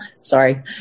sorry